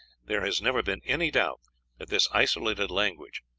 there has never been any doubt that this isolated language,